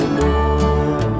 more